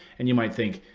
and you might think,